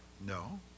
No